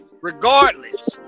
Regardless